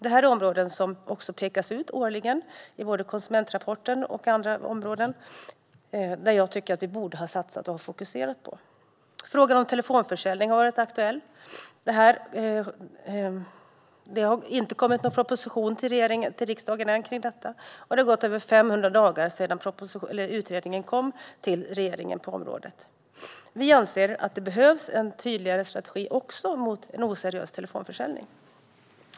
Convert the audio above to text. Det här är också områden som pekas ut årligen i bland annat Konsumentrapporten och som jag tycker att vi borde ha satsat och fokuserat på. Frågan om telefonförsäljning har varit aktuell. Det har inte kommit någon proposition om detta till riksdagen än, men det har gått över 500 dagar sedan utredningen kom till regeringen. Vi anser att det behövs en tydligare strategi också mot en oseriös telefonförsäljning.